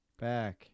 back